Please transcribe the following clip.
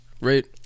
right